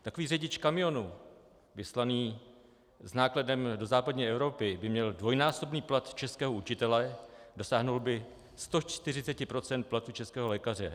Takový řidič kamionu vyslaný s nákladem do západní Evropy by měl dvojnásobný plat českého učitele, dosáhl by 140 % platu českého lékaře.